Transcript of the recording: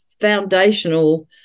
foundational